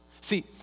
See